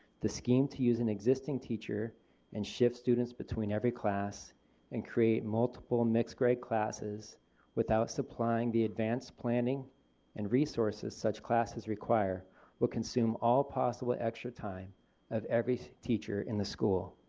scheme to use an existing teacher and shift students between every class and create multiple mixed grade classes without supplying the advanced planning and resources such classes require will consume all possible extra time of every teacher in the school.